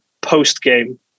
post-game